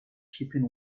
keeping